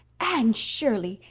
anne shirley!